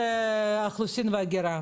הם אזרחי אוקראינה.